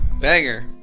Banger